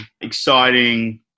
exciting